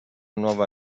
nuova